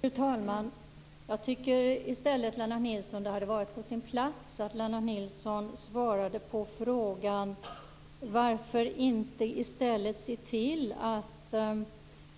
Fru talman! Jag tycker att det hade varit på sin plats att Lennart Nilsson i stället svarade på frågan om varför man inte kan